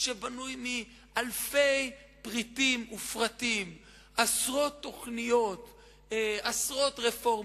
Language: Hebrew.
בלי קנטרנות ובלי ראייה פוליטית: מי דואג לאינטרס של הציבור הרחב?